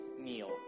meal